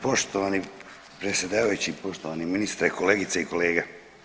Poštovani predsjedavajući, poštovani ministre, kolegice i kolege.